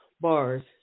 bars